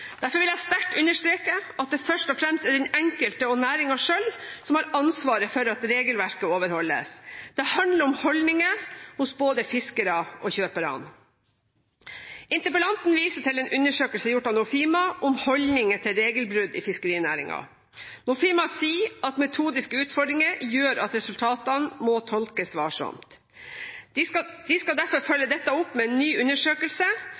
Derfor vil jeg sterkt understreke at det først og fremst er den enkelte og næringen selv som har ansvaret for at regelverket overholdes. Det handler om holdninger hos både fiskerne og kjøperne. Interpellanten viser til en undersøkelse gjort av Nofima om holdninger til regelbrudd i fiskerinæringen. Nofima sier at metodiske utfordringer gjør at resultatene må tolkes varsomt. De skal derfor følge dette opp med en ny undersøkelse.